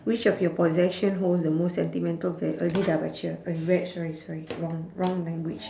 which of your possession holds the most sentimental val~ uh ini dah baca eh read sorry sorry wrong wrong language